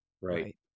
right